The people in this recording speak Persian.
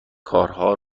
کارها